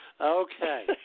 Okay